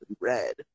Red